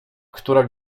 która